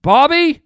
Bobby